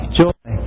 joy